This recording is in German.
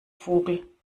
vogel